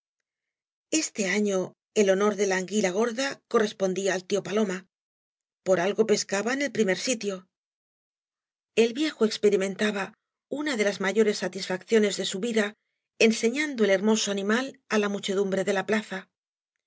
este año el honor de la anguila gorda correspondía al tío paloma por algo pescaba en el primer sitio eí viejo experimentaba una de las mayores satisfacciones de su vida enseñando el hermoso animal á la muchedumbre de la plaza i